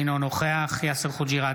אינו נוכח יאסר חוג'יראת,